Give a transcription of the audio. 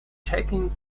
checking